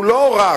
הוא לא רק,